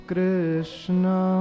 Krishna